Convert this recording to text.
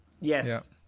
yes